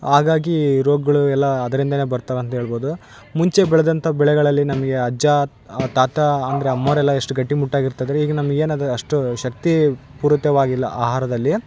ಹಾಗಾಗಿ ರೋಗಗಳು ಎಲ್ಲ ಅದರಿಂದಾನೆ ಬರ್ತವೆ ಅಂತ ಹೇಳ್ಬೋದು ಮುಂಚೆ ಬೆಳ್ದಂಥ ಬೆಳೆಗಳಲ್ಲಿ ನಮಗೆ ಅಜ್ಜ ತಾತ ಅಂದರೆ ಅಮ್ಮೋರೆಲ್ಲ ಎಷ್ಟು ಗಟ್ಟಿಮುಟ್ಟಾಗಿ ಇರ್ತಿದ್ದರು ಈಗ ನಮಗೆ ಏನದು ಅಷ್ಟು ಶಕ್ತಿ ಪೂರಿತವಾಗಿಲ್ಲ ಆಹಾರದಲ್ಲಿ